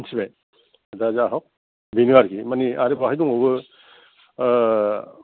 मोनथिबाय दा जाहग बेनो आरोखि मानि आरो बाहाय दंबावो